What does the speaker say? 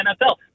NFL